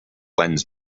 lens